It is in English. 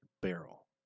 barrel